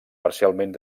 parcialment